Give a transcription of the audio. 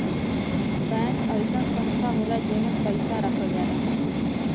bank अइसन संस्था होला जेमन पैसा रखल जाला